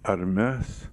ar mes